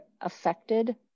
affected